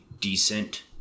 decent